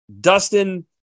Dustin